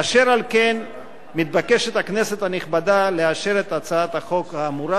אשר על כן מתבקשת הכנסת הנכבדה לאשר את הצעת החוק האמורה.